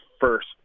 first